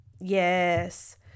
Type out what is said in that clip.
Yes